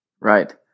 right